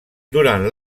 durant